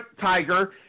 Tiger